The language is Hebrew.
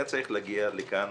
היה צריך להגיע לכאן